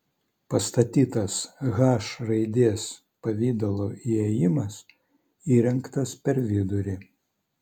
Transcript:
pastatytas h raidės pavidalo įėjimas įrengtas per vidurį